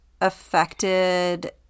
affected